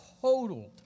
totaled